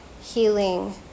healing